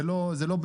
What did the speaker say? זה לא באמת,